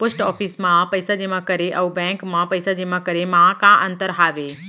post office मा पइसा जेमा करे अऊ बैंक मा पइसा जेमा करे मा का अंतर हावे